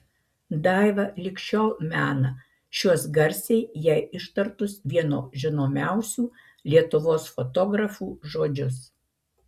daiva lig šiol mena šiuos garsiai jai ištartus vieno žinomiausių lietuvos fotografų žodžius